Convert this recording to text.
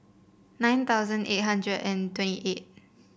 nine thousand eight hundred and twenty eight